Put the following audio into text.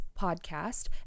podcast